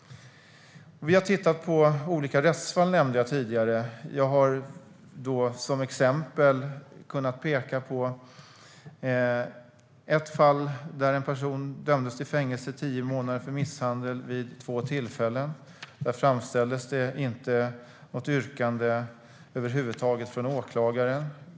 Som jag nämnde tidigare har jag tittat på olika rättsfall och har som exempel kunnat peka på ett fall där en person dömdes till fängelse i tio månader för misshandel vid två tillfällen. Där framställdes det inte något yrkande över huvud taget från åklagaren.